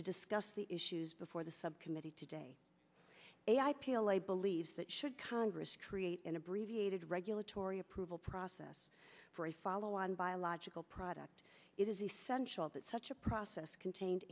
to discuss the issues before the subcommittee today a i p l a believes that should congress create an abbreviated regulatory approval process for a follow on biological product it is essential that such a process contained